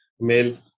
male